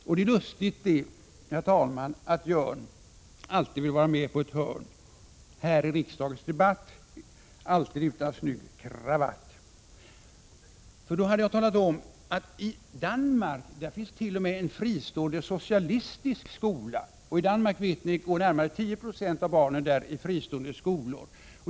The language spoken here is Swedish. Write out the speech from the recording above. Jag vill tala om en sak för Jörn som alltid vill vara med på ett hörn här i riksdagens debatt alltid utan snygg kravatt. I Danmark, där finns det t.o.m. en fristående socialistisk skola. Vi vet att närmare 10 96 av barnen i Danmark går i fristående skolor.